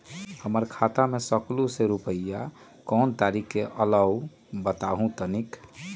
हमर खाता में सकलू से रूपया कोन तारीक के अलऊह बताहु त तनिक?